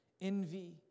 envy